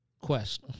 Quest